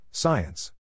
Science